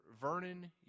vernon